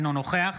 אינו נוכח